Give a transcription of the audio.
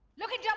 look at yeah